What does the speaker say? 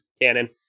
Cannon